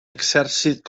exèrcit